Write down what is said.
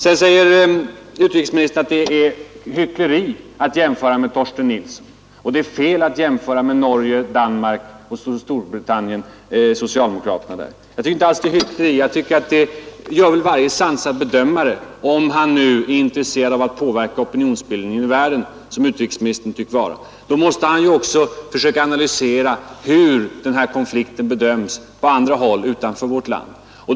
Vidare säger utrikesministern att det är hyckleri att jämföra med Torsten Nilsson, och att det är fel att jämföra med socialdemokraterna i Norge, Danmark och Storbritannien. Jag tycker inte alls det är hyckleri. Det gör väl varje sansad bedömare, om han är intresserad av att påverka opinionsbildningen i världen, som utrikesministern tycks vara. Då måste man ju också försöka analysera hur den här konflikten bedöms på andra håll, utanför vårt land.